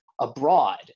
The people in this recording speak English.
abroad